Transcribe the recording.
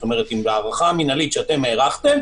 כלומר בהארכה המינהלית שהארכתם,